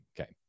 Okay